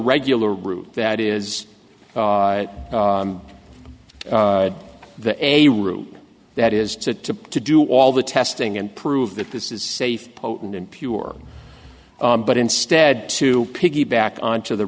regular route that is the a route that is to to do all the testing and prove that this is safe potent and pure but instead to piggyback on to the